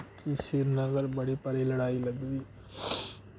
कि श्रीनगर बड़ी भारी लड़ाई लग्गी दी